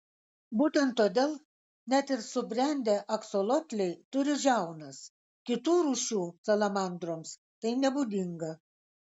būtent todėl net ir subrendę aksolotliai turi žiaunas kitų rūšių salamandroms tai nebūdinga